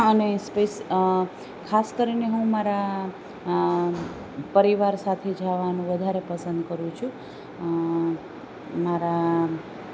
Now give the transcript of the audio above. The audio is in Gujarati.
અને ખાસ કરીને હું મારા પરિવાર સાથે જવાનું વધારે પસંદ કરું છું મારા